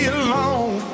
alone